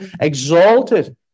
exalted